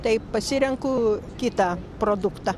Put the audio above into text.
tai pasirenku kitą produktą